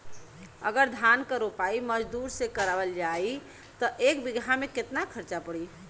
अगर धान क रोपाई मजदूर से करावल जाई त एक बिघा में कितना खर्च पड़ी?